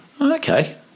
Okay